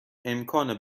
امکان